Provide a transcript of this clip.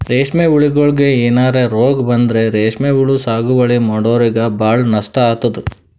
ರೇಶ್ಮಿ ಹುಳಗೋಳಿಗ್ ಏನರೆ ರೋಗ್ ಬಂದ್ರ ರೇಶ್ಮಿ ಹುಳ ಸಾಗುವಳಿ ಮಾಡೋರಿಗ ಭಾಳ್ ನಷ್ಟ್ ಆತದ್